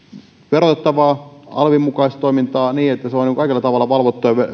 verotettavaa alvin mukaista toimintaa niin että se on kaikella tavalla valvottua